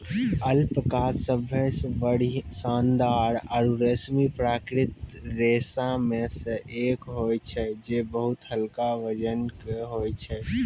alpaca सबसें शानदार आरु रेशमी प्राकृतिक रेशा म सें एक होय छै जे बहुत हल्का वजन के होय छै